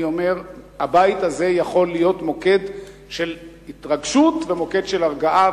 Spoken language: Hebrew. אני אומר: הבית הזה יכול להיות מוקד של התרגשות ומוקד של הרגעה,